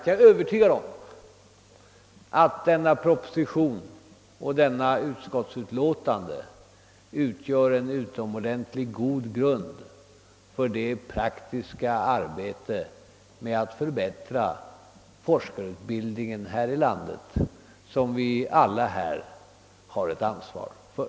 Jag är övertygad om att denna proposition och detta utskottsutlåtande utgör en utomordentligt god grund för det praktiska arbetet med att förbättra forskarutbildningen här i landet som vi alla här har ett ansvar för.